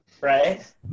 Right